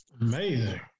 amazing